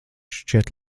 šķiet